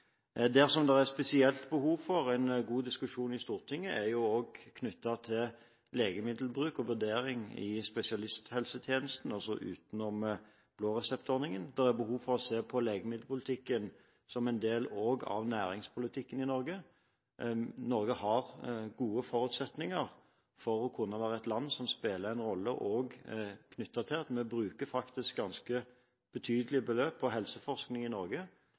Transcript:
er spesielt behov for en god diskusjon i Stortinget knyttet til legemiddelbruk og vurdering i spesialisthelsetjenesten også utenom blåreseptordningen. Det er behov for å se på legemiddelpolitikken også som en del av næringspolitikken i Norge. Norge har gode forutsetninger for å kunne være et land som spiller en rolle også knyttet til at vi faktisk bruker ganske betydelige beløp på helseforskning i Norge,